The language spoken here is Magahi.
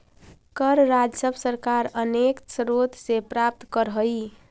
कर राजस्व सरकार अनेक स्रोत से प्राप्त करऽ हई